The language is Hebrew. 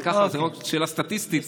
אבל ככה זאת רק שאלה סטטיסטית,